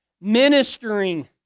Ministering